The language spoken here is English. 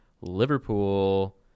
Liverpool